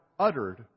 uttered